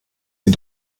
sie